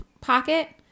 pocket